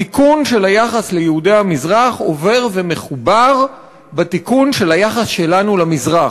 התיקון של היחס ליהודי המזרח עובר ומחובר בתיקון של היחס שלנו למזרח.